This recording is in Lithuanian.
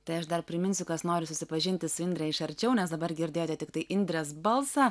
tai aš dar priminsiu kas nori susipažinti su indre iš arčiau nes dabar girdėjote tiktai indrės balsą